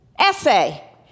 Essay